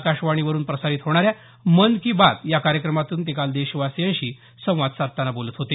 आकाशवाणी प्रसारित होणाऱ्या मन की बात या कार्यक्रमातून ते काल देशवासियांशी संवाद साधताना बोलत होते